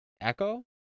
Echo